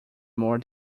more